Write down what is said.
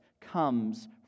comes